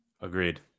Agreed